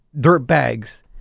dirtbags